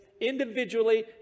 individually